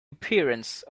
appearance